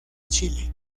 chile